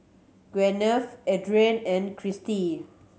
Gwyneth Adrianne and Cristi